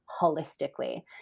holistically